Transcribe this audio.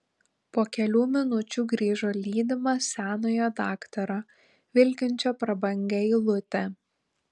po kelių minučių grįžo lydimas senojo daktaro vilkinčio prabangią eilutę